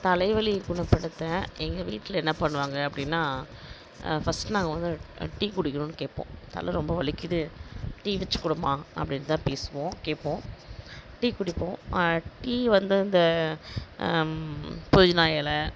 தலைவலி குணப்படுத்த எங்கள் வீட்டில் என்ன பண்ணுவாங்க அப்படின்னா ஃபஸ்ட் நாங்கள் வந்து டீ குடிக்கணும் கேட்போம் தலை ரொம்ப வலிக்குது டீ வச்சி கொடும்மா அப்படின்னு தான் பேசுவோம் கேட்போம் டீ குடிப்போம் டீ வந்து இந்த புதினா இலை